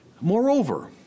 Moreover